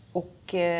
och